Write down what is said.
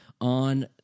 on